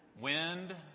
wind